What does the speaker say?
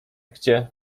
gdzie